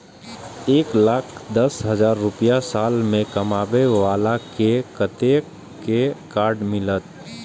एक लाख दस हजार रुपया साल में कमाबै बाला के कतेक के कार्ड मिलत?